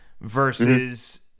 versus